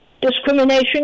discrimination